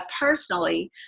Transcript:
personally